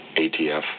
ATF